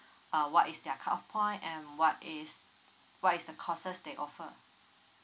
uh what is their cut off point and what is what is the courses they offer